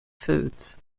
foods